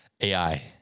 AI